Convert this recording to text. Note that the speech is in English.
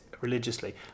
religiously